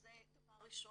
זה דבר ראשון,